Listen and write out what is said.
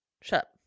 Shut